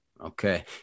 Okay